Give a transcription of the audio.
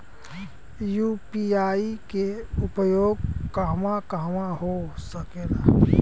UPI के उपयोग कहवा कहवा हो सकेला?